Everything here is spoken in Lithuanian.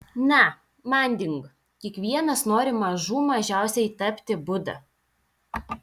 na manding kiekvienas nori mažų mažiausiai tapti buda